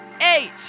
eight